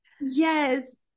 Yes